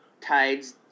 Tides